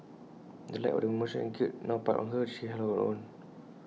in the light of the emotion and guilt now piled on her she held her own